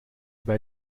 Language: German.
bei